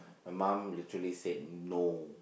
my mum literally said no